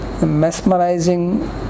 mesmerizing